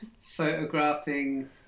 photographing